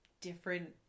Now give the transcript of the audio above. different